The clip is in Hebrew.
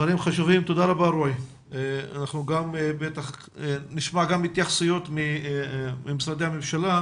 אני אזכיר במילה מה זה השולחן,